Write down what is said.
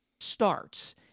starts